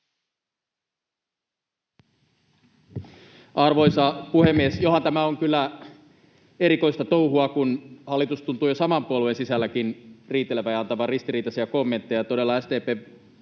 Arvoisa puhemies! Johan tämä on kyllä erikoista touhua, kun hallitus tuntuu jo saman puolueen sisälläkin riitelevän ja antavan ristiriitaisia kommentteja. Todella SDP:n